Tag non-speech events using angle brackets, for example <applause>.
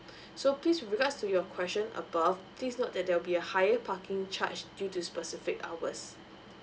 <breath> so please with regards to your question above please note that there will be a higher parking in charge due to specific hours